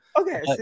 Okay